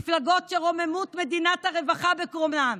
מפלגות שרוממות מדינת הרווחה בגרונן.